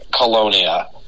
colonia